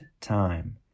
time